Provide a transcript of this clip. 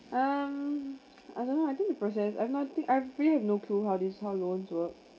um I don't know I think the process I've nothing I really have no clue how the loans work